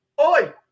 Oi